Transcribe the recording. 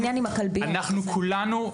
אנחנו כולנו,